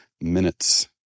minutes